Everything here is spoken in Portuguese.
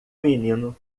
menino